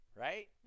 right